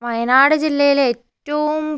വയനാട് ജില്ലയിലെ ഏറ്റവും